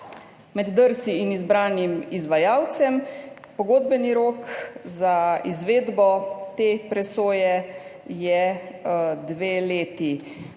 med DRSI in izbranim izvajalcem. Pogodbeni rok za izvedbo te presoje je dve leti.